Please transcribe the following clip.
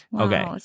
Okay